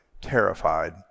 terrified